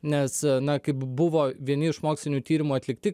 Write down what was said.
nes na kaip buvo vieni iš mokslinių tyrimų atlikti